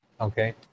okay